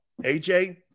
AJ